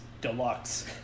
deluxe